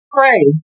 Pray